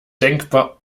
denkbar